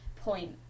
point